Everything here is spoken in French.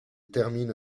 termine